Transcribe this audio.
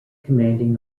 commanding